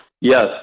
Yes